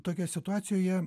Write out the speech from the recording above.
tokioj situacijoje